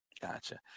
Gotcha